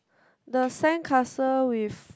the sandcastle with